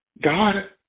God